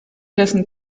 dessen